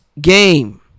game